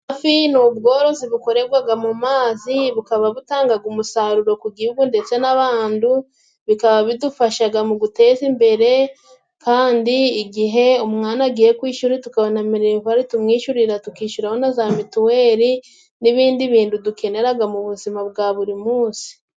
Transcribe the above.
Amafi ni ubworozi bukorerwaga mu mazi, bukaba butangaga umusaruro ku gihugu ndetse n'abantu, bikaba bidufashaga mu guteza imbere, kandi igihe umwana agiye ku ishuri tukabona minerivare tumwishyurira, tukishyuraho na za mituweli n'ibindi bintu dukeneraga mu buzima bwa buri munsi.